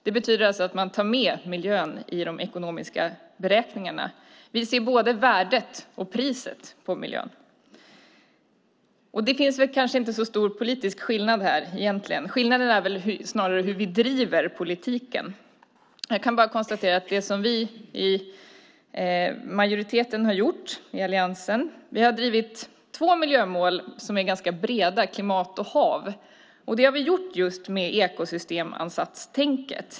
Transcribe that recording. Det betyder att man tar med miljön i de ekonomiska beräkningarna. Vi ser både värdet och priset på miljön. Det finns kanske inte så stor politisk skillnad här. Skillnaden är snarare hur vi driver politiken. Vi i majoriteten, i alliansen, har drivit två miljömål som är ganska breda: klimat och hav. Det har vi gjort just med ekosystemansatstänket.